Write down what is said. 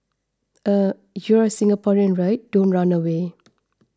you're Singaporean right don't run away